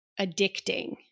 addicting